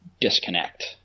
disconnect